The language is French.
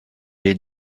est